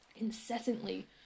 incessantly